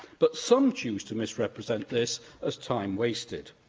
but some choose to misrepresent this as time wasted.